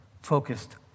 focused